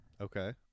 Okay